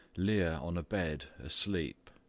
lear on a bed, asleep,